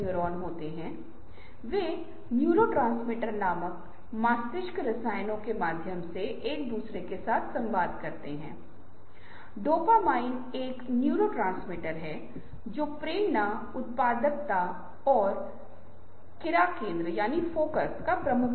इसलिए विचार कार्यान्वित किया जाता है और विचार के क्रियान्वयन के लिए विवरणों का चयन किया जाता है एक बार जब हम विचार पाते हैं जो महत्वपूर्ण है तो उपयोगिता में उच्च और कार्यान्वयन में उच्च या कार्यान्वयन में आसान है